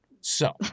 So-